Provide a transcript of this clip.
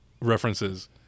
references